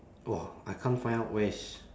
!wah! I can't find out where is